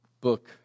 book